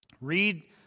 read